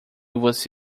você